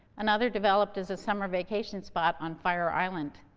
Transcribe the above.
another developed as a summer vacation spot on fire island.